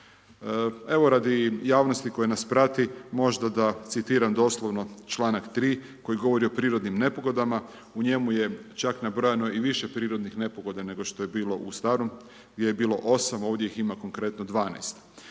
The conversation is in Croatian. Evo, radi javnosti koja nas prati, možda da citiram doslovno čl. 3. koji govori o prirodnim nepogodama, u njemu je čak nabrojana i više prirodnih nepogoda nego što je bilo u starom, gdje je bilo 8. a ovdje ih ima konkretno 12.